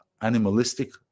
animalistic